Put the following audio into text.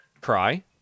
Cry